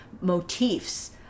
motifs